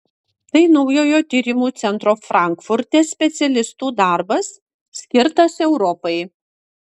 tai naujojo tyrimų centro frankfurte specialistų darbas skirtas europai